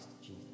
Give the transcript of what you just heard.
Jesus